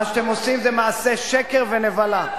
מה שאתם עושים זה מעשה שקר ונבלה.